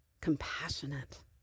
compassionate